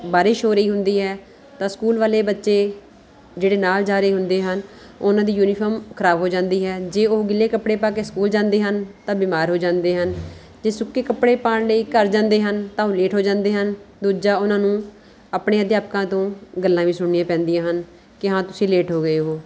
ਬਾਰਿਸ਼ ਹੋ ਰਹੀ ਹੁੰਦੀ ਹੈ ਤਾਂ ਸਕੂਲ ਵਾਲੇ ਬੱਚੇ ਜਿਹੜੇ ਨਾਲ ਜਾ ਰਹੇ ਹੁੰਦੇ ਹਨ ਉਨ੍ਹਾਂ ਦੀ ਯੂਨੀਫੋਮ ਖਰਾਬ ਹੋ ਜਾਂਦੀ ਹੈ ਜੇ ਉਹ ਗਿੱਲੇ ਕੱਪੜੇ ਪਾ ਕੇ ਸਕੂਲ ਜਾਂਦੇ ਹਨ ਤਾਂ ਬਿਮਾਰ ਹੋੇ ਜਾਂਦੇ ਹਨ ਜੇ ਸੁੱਕੇ ਕੱਪੜੇ ਪਾਉਣ ਲਈ ਘਰ ਜਾਂਦੇ ਹਨ ਤਾਂ ਉਹ ਲੇਟ ਹੋ ਜਾਂਦੇ ਹਨ ਦੂਜਾ ਉਨ੍ਹਾਂ ਨੂੰ ਆਪਣੇ ਅਧਿਆਪਕਾਂ ਤੋਂ ਗੱਲਾਂ ਵੀ ਸੁਣਨੀਆਂ ਪੈਂਦੀਆਂ ਹਨ ਕਿ ਹਾਂ ਤੁਸੀਂ ਲੇਟ ਹੋ ਗਏ ਹੋ